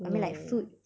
ya